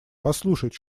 послушать